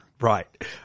Right